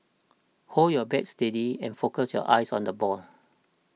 hold your bat steady and focus your eyes on the ball